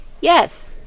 yes